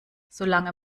solange